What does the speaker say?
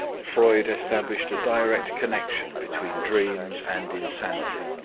freud established a direct connection between dreams and insanity,